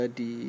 di